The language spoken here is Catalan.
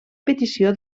petició